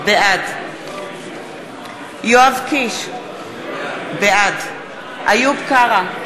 בעד יואב קיש, בעד איוב קרא,